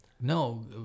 No